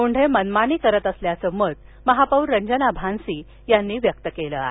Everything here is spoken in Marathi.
मुंढे मनमानी करत असल्याचं मत महापौर रंजना भानसी यांनी व्यक्त केलं आहे